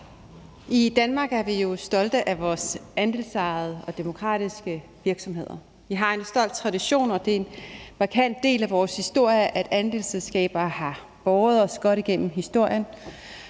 I Danmark er vi jo stolte af vores andelsejede og demokratiske virksomheder. Vi har en stolt tradition, og det er en markant del af vores historie, at andelsselskaber har båret os godt igennem historien.